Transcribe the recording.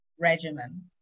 regimen